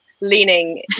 leaning